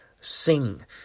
sing